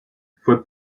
fue